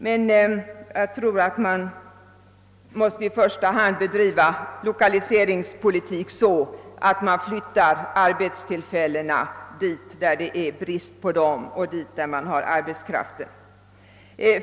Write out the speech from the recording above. Men jag tror att man i första hand måste bedriva lokaliseringspolitiken så, att man flyttar arbetstillfällena dit där det är brist på dem och dit där man har arbetskraften.